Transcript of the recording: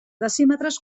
decímetres